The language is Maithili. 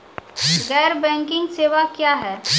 गैर बैंकिंग सेवा क्या हैं?